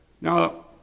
Now